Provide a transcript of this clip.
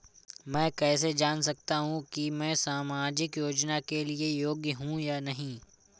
मैं कैसे जान सकता हूँ कि मैं सामाजिक योजना के लिए योग्य हूँ या नहीं?